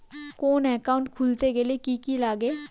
কোন একাউন্ট খুলতে গেলে কি কি লাগে?